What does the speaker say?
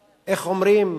איך אומרים?